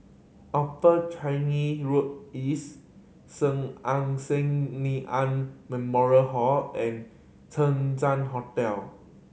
Upper Changi Road East Sun Yat Sen Nanyang Memorial Hall and Chang Ziang Hotel